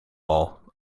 all